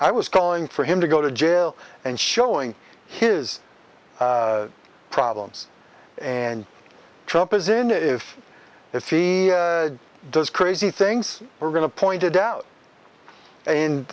i was calling for him to go to jail and showing his problems and trump is in if if he does crazy things we're going to pointed out and